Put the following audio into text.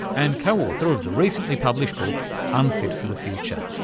and co-author of the recently published book unfit for the future.